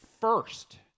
first